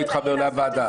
מתי תוכלו להודיע את השם?